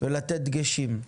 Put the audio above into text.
ולתת דגשים.